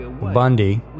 Bundy